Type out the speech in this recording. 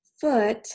foot